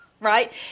Right